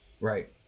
Right